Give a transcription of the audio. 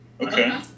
Okay